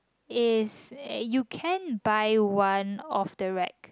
is you can buy one of the rack